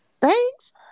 Thanks